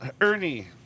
Ernie